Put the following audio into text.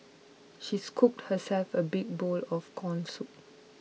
she scooped herself a big bowl of Corn Soup